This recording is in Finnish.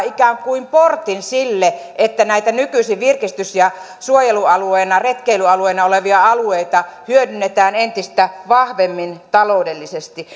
ikään kuin portin sille että näitä nykyisin virkistys ja suojelualueena ja retkeilyalueena olevia alueita hyödynnetään entistä vahvemmin taloudellisesti